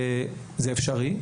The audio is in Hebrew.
זה אפשרי.